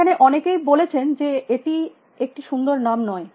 এখন অনেকেই বলেছেন যে এটি একটি সুন্দর নাম নয়